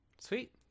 Sweet